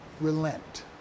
relent